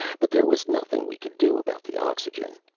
but there was nothing we could do about the oxygen.